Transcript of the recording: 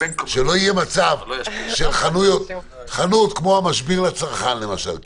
שלא יהיה מצב שחנות כמו המשביר לצרכן למשל,